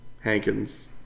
Hankins